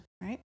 Right